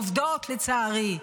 עובדות, לצערי.